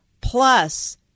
plus